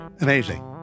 amazing